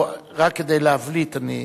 רק כדי להבליט אני,